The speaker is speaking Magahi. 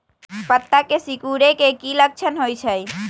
पत्ता के सिकुड़े के की लक्षण होइ छइ?